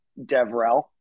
DevRel